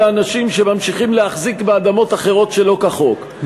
לאנשים שממשיכים להחזיק באדמות אחרות שלא כחוק,